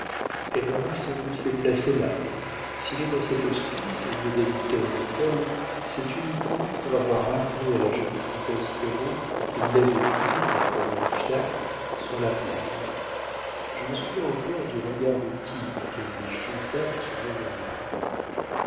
elle l'aura sans doute fait placer là s'il est dans cet hospice au lieu d'habiter un hôtel c'est uniquement pour avoir rappelé à la jolie comtesse ferraud qu'il l'avait prise comme un fiacre sur la place je me souviens encore du regard de tigre qu'elle lui jeta dans ce moment-là